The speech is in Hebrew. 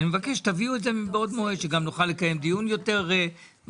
תביאו את זה מבעוד מועד כדי שנוכל לקיים דיון יותר מעמיק.